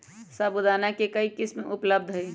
साबूदाना के कई किस्म उपलब्ध हई